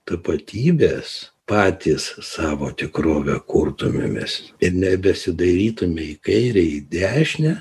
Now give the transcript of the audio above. tapatybės patys savo tikrovę kurtumemės ir nebesidairytume į kairę į dešinę